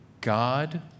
God